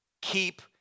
keep